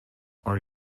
are